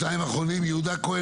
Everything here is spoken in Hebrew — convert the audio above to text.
יהודה כהן,